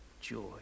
joy